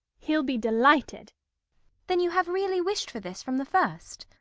he'll be delighted then you have really wished for this from the first